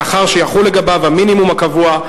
מאחר שיחול לגביו המינימום הקבוע,